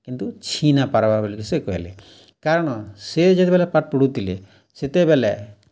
କିନ୍ତୁ ଛିଁ ନାଇ ପାର୍ବାର୍ ବୋଲିକରି ସେ କହେଲେ କାରଣ ସେ ଯେତେବେଲେ ପାଠ୍ ପଢ଼ୁଥିଲେ ସେତେବେଲେ